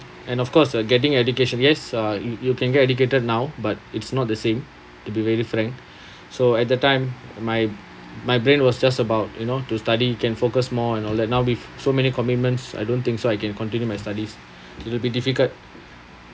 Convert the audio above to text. and of course uh getting education yes uh you you can get educated now but it's not the same to be very frank so at that time my my brain was just about you know to study can focus more you know and all that now with so many commitments I don't think so I can continue my studies it will be difficult